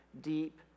deep